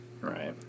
Right